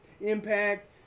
Impact